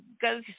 go